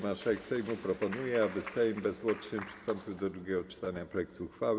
Marszałek Sejmu proponuje, aby Sejm bezzwłocznie przystąpił do drugiego czytania projektu uchwały.